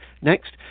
next